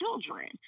children